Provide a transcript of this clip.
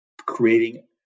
creating